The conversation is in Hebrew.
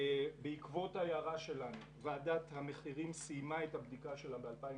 בעקבות ההערה שלנו ועדת המחירים סיימה את הבדיקה שלה ב-2019.